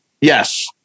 Yes